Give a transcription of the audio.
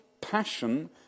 passion